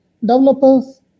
developers